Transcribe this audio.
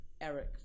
Eric